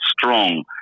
Strong